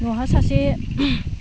न'आवहा सासे